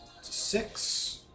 Six